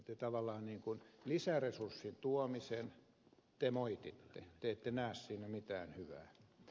te tavallaan niin kuin lisäresurssin tuomista moititte te ette näe siinä mitään hyvää